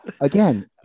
again